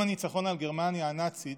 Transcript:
יום הניצחון על גרמניה הנאצית